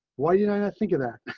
why do you think of that.